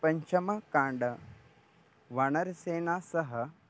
पञ्चमकाण्डे वानरसेनया सह